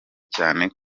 cyane